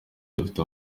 dufite